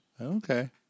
Okay